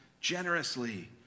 generously